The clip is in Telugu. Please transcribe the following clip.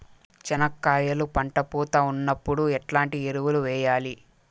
చెనక్కాయలు పంట పూత ఉన్నప్పుడు ఎట్లాంటి ఎరువులు వేయలి?